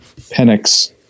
Penix